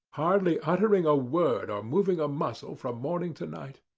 hardly uttering a word or moving a muscle from morning to night.